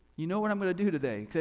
you know what i'm gonna do today, okay?